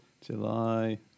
July